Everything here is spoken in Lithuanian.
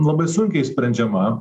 labai sunkiai išsprendžiama